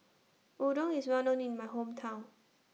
Udon IS Well known in My Hometown